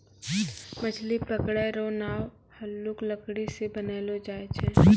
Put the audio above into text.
मछली पकड़ै रो नांव हल्लुक लकड़ी रो बनैलो जाय छै